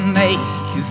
make